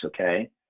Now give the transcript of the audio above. okay